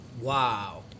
Wow